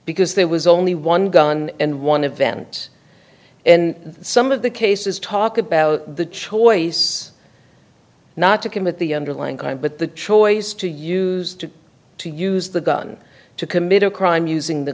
because there was only one gun and one event in some of the cases talk about the choice not to commit the underlying crime but the choice to used to use the gun to commit a crime using the